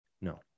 no